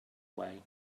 way